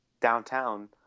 downtown